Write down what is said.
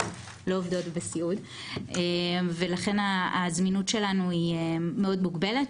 אנחנו לא עובדות בסיעוד ולכן הזמינות שלנו היא מאוד מוגבלת,